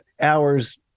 hours